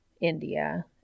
India